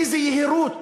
איזה יהירות,